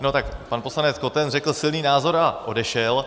No tak pan poslanec Koten řekl silný názor a odešel.